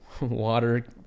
water